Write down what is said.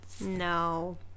No